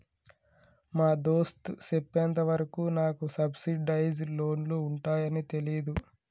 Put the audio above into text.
మా దోస్త్ సెప్పెంత వరకు నాకు సబ్సిడైజ్ లోన్లు ఉంటాయాన్ని తెలీదు